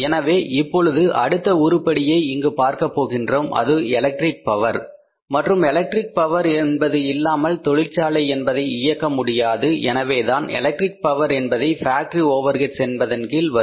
எனவே இப்பொழுது அடுத்த உருப்படியை இங்கு பார்க்க போகின்றோம் அது எலக்ட்ரிக் பவர் மற்றும் எலக்ட்ரிக் பவர் என்பது இல்லாமல் தொழிற்சாலை என்பதை இயக்க முடியாது எனவேதான் எலக்ட்ரிக் பவர் என்பது ஃபேக்டரி ஓவர் ஹெட்ஸ் என்பதன் கீழ் வரும்